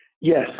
Yes